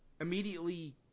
immediately